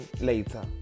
later